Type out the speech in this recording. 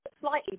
slightly